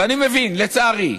ואני מבין, לצערי,